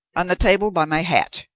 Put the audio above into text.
on the table by my hat,